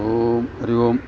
ओम् हरिः ओम्